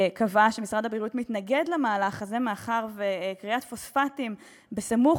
קבעה שמשרד הבריאות מתנגד למהלך הזה מאחר שכריית פוספטים סמוך